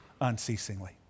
unceasingly